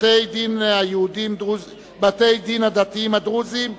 הצעת חוק בתי-הדין הדתיים הדרוזיים (תיקון,